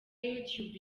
youtube